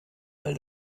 all